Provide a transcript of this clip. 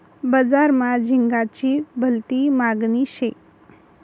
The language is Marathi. बजार मा झिंगाची भलती मागनी शे